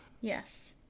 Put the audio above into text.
Yes